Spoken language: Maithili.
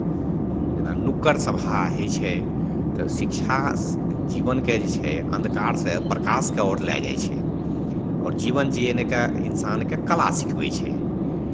जेना नुक्कड़ सभा होइ छै तऽ शिक्षा जीवनके जे छै अन्धकारसँ प्रकाशके ओर लए जाइ छै आओर जीवन जीनाइके इन्सानके कला सिखबै छै